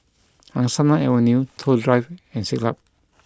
Angsana Avenue Toh Drive and Siglap